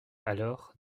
alors